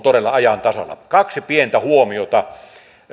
todella ajan tasalla kaksi pientä huomiota